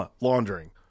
laundering